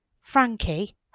Frankie